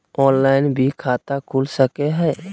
Online भी खाता खूल सके हय?